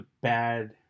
bad